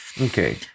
okay